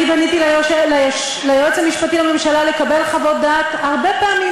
אני פניתי ליועץ המשפטי לממשלה לקבל חוות דעת הרבה פעמים,